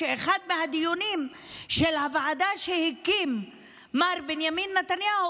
באחד מהדיונים של הוועדה שהקים מר בנימין נתניהו,